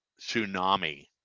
tsunami